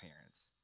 parents